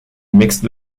mixed